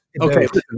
Okay